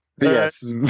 Yes